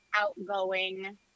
outgoing